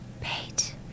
Pete